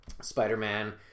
Spider-Man